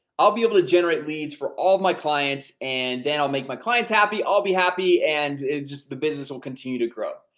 i'll be able to generate leads for all of my clients, and then i'll make my clients happy, i'll be happy, and the business will continue to grow.